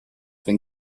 been